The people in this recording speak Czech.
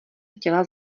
chtěla